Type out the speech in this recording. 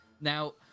Now